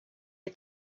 you